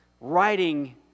writing